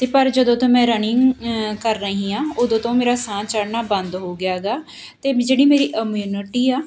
ਅਤੇ ਪਰ ਜਦੋਂ ਮੈਂ ਰਨਿੰਗ ਕਰ ਰਹੀ ਹਾਂ ਉਦੋਂ ਤੋਂ ਮੇਰਾ ਸਾਹ ਚੜਨਾ ਬੰਦ ਹੋ ਗਿਆ ਗਾ ਅਤੇ ਜਿਹੜੀ ਮੇਰੀ ਅਮਿਊਨਿਟੀ ਆ